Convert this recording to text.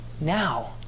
now